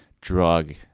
drug